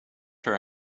her